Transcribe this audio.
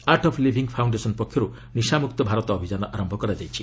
art of Living Foundation ପକ୍ଷରୁ ନିଶାମୁକ୍ତ ଭାରତ ଅଭିଯାନ ଆରମ୍ଭ କରାଯାଇଛି